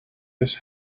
his